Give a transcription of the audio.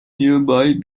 nearby